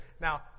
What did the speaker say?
Now